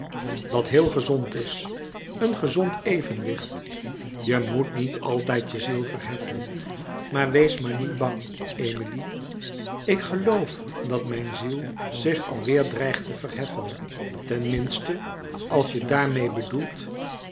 dat heel gezond is een gezond evenwicht je moet niet altijd je ziel verheffen maar wees maar niet bang emilie ik geloof dat mijn ziel zich al weêr dreigt te verheffen ten minste als je daarmeê bedoelt